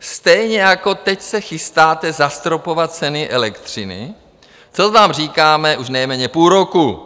Stejně jako teď se chystáte zastropovat ceny elektřiny, to vám říkáme už nejméně půl roku.